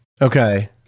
Okay